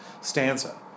stanza